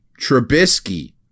Trubisky